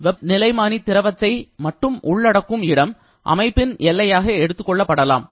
வெப்பநிலைமானி திரவத்தை மட்டும் உள்ளடக்கும் இடம் அமைப்பின் எல்லையாக எடுத்துக்கொள்ளபடலாம்